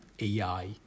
AI